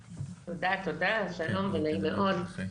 שלום, נעים מאוד.